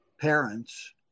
parents